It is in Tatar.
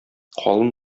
калын